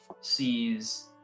sees